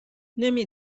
نمی